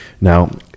Now